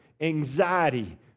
anxiety